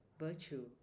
virtue